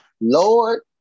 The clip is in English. Lord